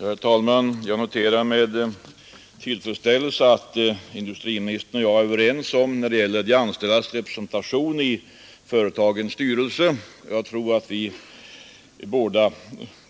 Herr talman! Jag noterar med tillfredsställelse att industriministern och jag är överens när det gäller de anställdas representation i företagens styrelser. Jag tror att vi båda